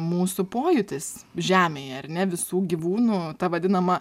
mūsų pojūtis žemėje ar ne visų gyvūnų ta vadinama